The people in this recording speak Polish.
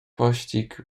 pościg